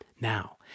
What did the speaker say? Now